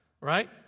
right